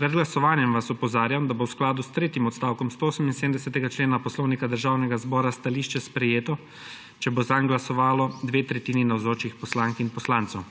Pred glasovanjem vas opozarjam, da bo v skladu s tretjim odstavkom 178. člena Poslovnika Državnega zbora stališče sprejeto, če bo zanj glasovalo dve tretjini navzočih poslank in poslancev.